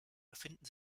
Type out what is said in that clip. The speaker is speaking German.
befinden